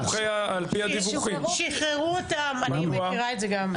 אני מכירה את זה גם.